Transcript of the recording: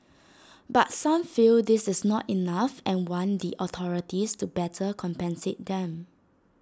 but some feel this is not enough and want the authorities to better compensate them